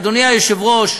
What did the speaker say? אדוני היושב-ראש,